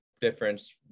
difference